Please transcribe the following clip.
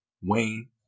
Wayne